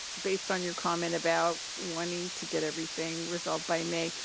based on your comment about wanting to get everything resolved by may,